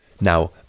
Now